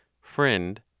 Friend